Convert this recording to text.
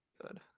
good